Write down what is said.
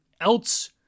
else